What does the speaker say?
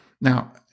Now